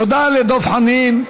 תודה לדב חנין.